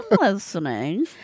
listening